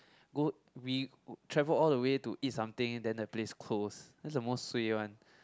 go we travel all the way to eat something then the place close that's the most suay one